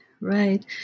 right